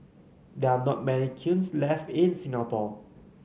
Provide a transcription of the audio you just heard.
there are not many kilns left in Singapore